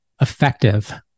effective